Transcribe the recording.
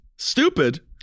stupid